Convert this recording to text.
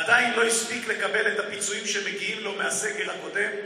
עדיין לא הספיק לקבל את הפיצויים שמגיעים לו מהסגר הקודם,